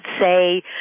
say